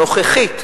הנוכחית,